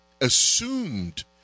assumed